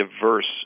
diverse